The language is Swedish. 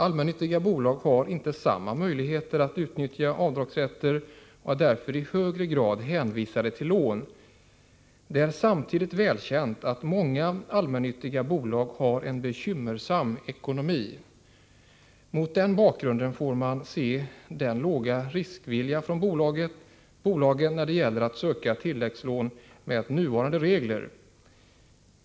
Allmännyttiga bolag har inte samma möjligheter att utnyttja avdragsrätten och är därför i högre grad hänvisade till lån. Det är samtidigt välkänt att många allmännyttiga bolag har en bekymmersam ekonomi. Mot den bakgrunden får man se den låga graden av riskvilja från bolagens sida när det gäller att söka tilläggslån med nuvarande regler.